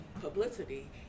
publicity